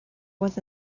was